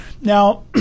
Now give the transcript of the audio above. Now